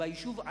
שביישוב עשרת,